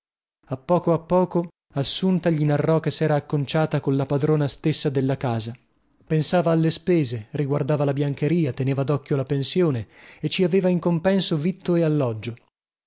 a poco a poco assunta gli narrò che sera acconciata colla padrona stessa della casa pensava alle spese riguardava la biancheria teneva docchio la pensione e ci aveva in compenso vitto e alloggio